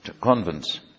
convents